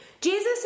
Jesus